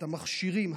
את המכשירים,